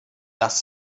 das